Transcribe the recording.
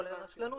כולל רשלנות,